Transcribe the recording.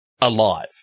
alive